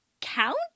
count